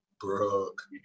Brooke